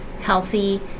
healthy